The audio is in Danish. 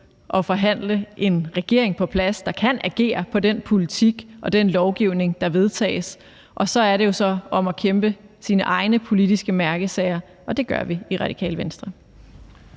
at forhandle en regering på plads, der kan agere på den politik og den lovgivning, der vedtages. Og så er det jo om at kæmpe for sine egne politiske mærkesager, og det gør vi i Radikale Venstre.